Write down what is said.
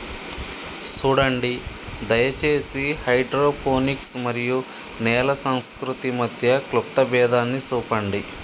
సూడండి దయచేసి హైడ్రోపోనిక్స్ మరియు నేల సంస్కృతి మధ్య క్లుప్త భేదాన్ని సూపండి